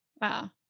Wow